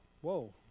Whoa